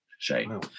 Shame